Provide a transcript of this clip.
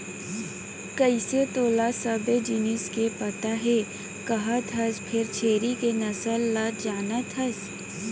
कइसे तोला सबे जिनिस के पता हे कहत हस फेर छेरी के नसल ल जानत हस?